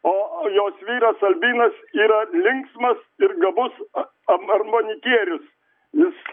o jos vyras albinas yra linksmas ir gabus armonikierius jis